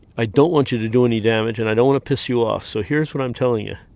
i don't want you to do any damage and i don't want to piss you off, so here's what i'm telling you